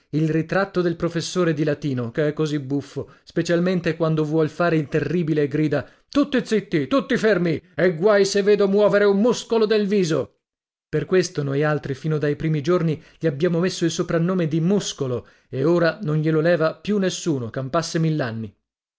il ritratto del professore di latino che è così buffo specialmente quando vuol fare il terribile e grida tutti zitti tutti fermi e guai se vedo muovere un muscolo del viso per questo noialtri fino dai primi giorni gli abbiamo messo il soprannome di muscolo e ora non glielo leva più nessuno campasse millanni